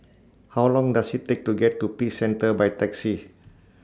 How Long Does IT Take to get to Peace Centre By Taxi